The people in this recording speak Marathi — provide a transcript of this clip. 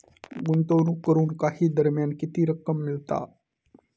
गुंतवणूक करून काही दरम्यान किती रक्कम मिळता?